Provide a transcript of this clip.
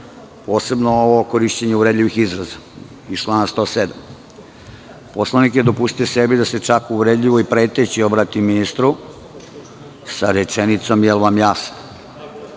posebno ovo o korišćenju uvredljivih izraza iz člana 107. Poslanik je dopustio sebi da se čak uvredljivo i preteći obrati ministru sa rečenicom – je l' vam jasno.